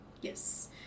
Yes